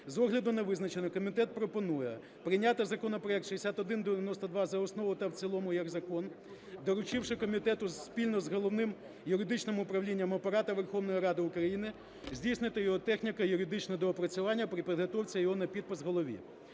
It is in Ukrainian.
З огляду на визначене комітет пропонує прийняти законопроект 6192 за основу та в цілому як закон, доручивши комітету спільно з Головним юридичним управлінням Апарату Верховної Ради України здійснити його техніко-юридичне доопрацювання при підготовці його на підпис Голові.